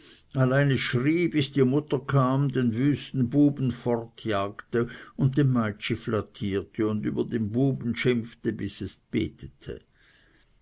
es schrie bis die mutter kam den wüsten buben fortjagte und dem meitschi flattierte und über den buben schimpfte bis es betete